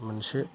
मोनसे